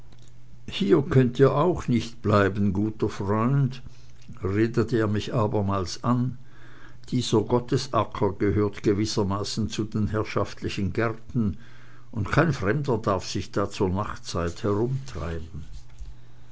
hier könnt ihr auch nicht bleiben guter freund redete er mich abermals an dieser gottesacker gehört gewissermaßen zu den herrschaftlichen gärten und kein fremder darf sich da zur nachtzeit herumtreiben